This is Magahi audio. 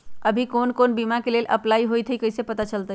अभी कौन कौन बीमा के लेल अपलाइ होईत हई ई कईसे पता चलतई?